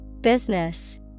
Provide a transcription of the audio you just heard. Business